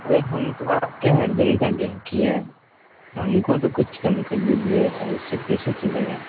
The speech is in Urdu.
ارے ہم تو آپ کے ہڑ دن کا ہی ہیں ہم کو تو کچھ کم کر لیجیے ایسے کیسے چلے گا